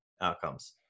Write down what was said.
outcomes